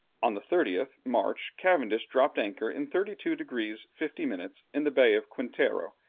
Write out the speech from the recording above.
on the thirtieth march, cavendish dropped anchor in thirty two degrees fifty minutes in the bay of quintero.